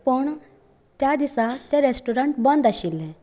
पण त्या दिसा ते रॅस्टॉरंट बंद आशिल्लें